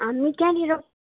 हामी त्यहाँनेर